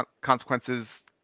consequences